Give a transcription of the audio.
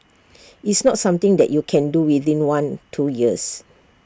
it's not something that you can do within one two years